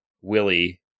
Willie